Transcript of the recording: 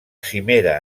cimera